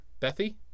Bethy